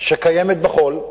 שקיימת בכול,